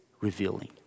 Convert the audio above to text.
revealing